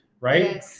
right